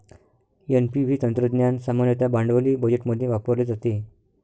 NPV तंत्रज्ञान सामान्यतः भांडवली बजेटमध्ये वापरले जाते